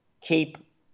keep